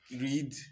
Read